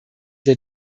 der